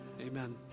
amen